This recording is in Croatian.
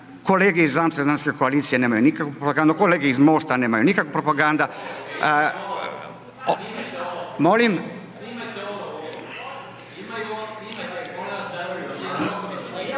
kolege iz Amsterdamske koalicije nemaju nikakvu propagandu, kolege iz Mosta nemaju nikakvu propagandu.